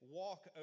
walk